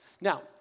Now